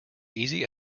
easy